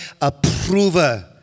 approver